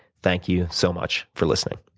thank you so much for listening,